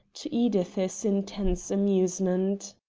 to edith's intense amusement.